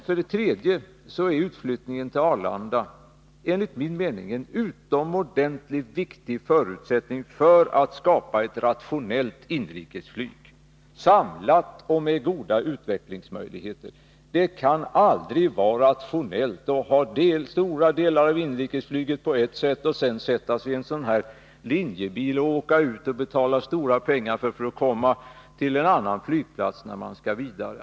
För det tredje är utflyttningen till Arlanda enligt min mening en utomordentligt viktig förutsättning för att vi skall kunna skapa ett rationellt och samlat inrikesflyg med goda utvecklingsmöjligheter. Det kan aldrig vara rationellt att ha stora delar av inrikesflyget på ett ställe och sedan tvinga resenärer att sätta sig i en linjebil och betala stora pengar för att komma till en annan flygplats när de skall resa vidare.